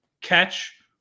catch